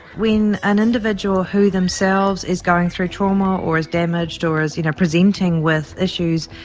when an individual who themselves is going through trauma or is damaged or is you know presenting with issues,